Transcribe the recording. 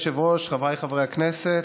אדוני היושב-ראש, חבריי חברי הכנסת,